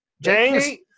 James